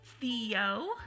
Theo